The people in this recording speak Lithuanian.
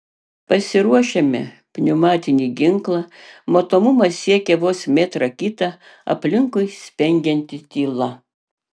pasiruošiame pneumatinį ginklą matomumas siekia vos metrą kitą aplinkui spengianti tyla